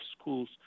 schools